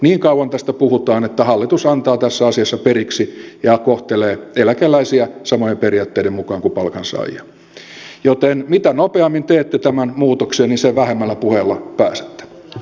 niin kauan tästä puhutaan että hallitus antaa tässä asiassa periksi ja kohtelee eläkeläisiä samojen periaatteiden mukaan kuin palkansaajia joten mitä nopeammin teette tämän muutoksen niin sen vähemmällä puheella pääsette